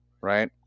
right